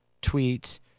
tweet